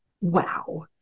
Wow